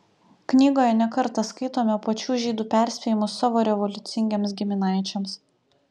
knygoje ne kartą skaitome pačių žydų perspėjimus savo revoliucingiems giminaičiams